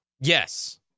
Yes